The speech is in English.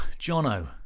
Jono